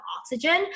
oxygen